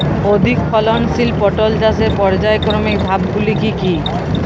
অধিক ফলনশীল পটল চাষের পর্যায়ক্রমিক ধাপগুলি কি কি?